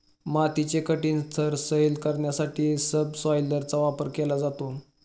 मातीचे कठीण थर सैल करण्यासाठी सबसॉयलरचा वापर केला जातो